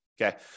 Okay